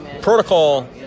Protocol